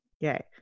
Yay